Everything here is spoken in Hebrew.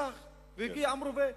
הגיע עם רובה.